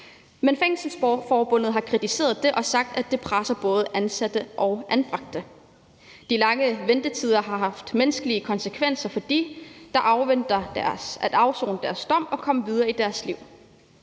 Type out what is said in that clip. Fængselsforbundet har kritiseret det og sagt, at det presser både ansatte og anbragte. De lange ventetider har haft menneskelige konsekvenser for dem, der venter på at afsone deres dom og komme videre i deres liv